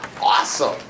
Awesome